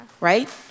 right